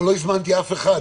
לא הזמנתי אף אחד.